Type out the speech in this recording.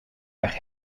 erg